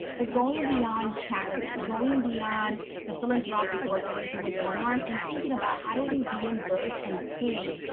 but going beyond charity going beyond the philanthropic work that they do with one arm and thinking about how do we reimburse reimburse and pay?